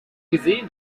gesehen